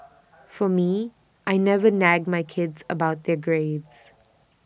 for me I never nag my kids about their grades